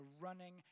running